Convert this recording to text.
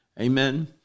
Amen